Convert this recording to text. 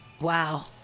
Wow